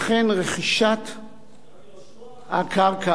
לכן רכישת הקרקע,